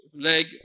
leg